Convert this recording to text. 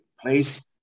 place